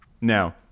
Now